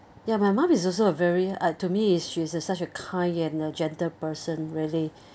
ya my mom is also a very uh to me is she such a kind and a gentle person really